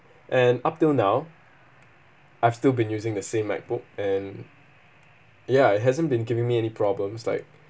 and up till now I've still been using the same MacBook and ya it hasn't been giving me any problems like